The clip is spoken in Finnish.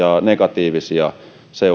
negatiivisia